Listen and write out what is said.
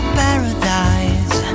paradise